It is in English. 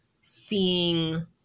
seeing